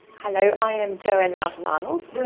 i like i am joanne roughton arnold.